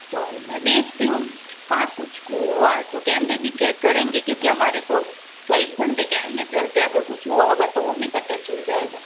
तो मैं देखती हूँ कहाँ कुछ हुआ है तो कैमरे भी चैक करेंगे क्योंकि हमारे तो चौबीस घंटे कैमरे चलते हैं अगर कुछ हुआ होंगा तो वो भी पता चल जायेगा